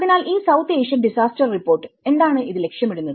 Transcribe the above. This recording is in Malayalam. അതിനാൽ ഈ സൌത്ത് ഏഷ്യൻ ഡിസാസ്റ്റർ റിപ്പോർട്ട് എന്താണ് ഇത് ലക്ഷ്യമിടുന്നത്